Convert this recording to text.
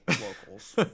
locals